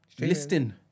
listing